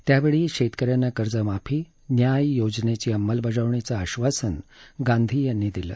त्यावेळी शेतक यांना कर्जमाफी न्याय योजनेची अंमलबजावणीचं आश्वासन गांधी यांनी दिलं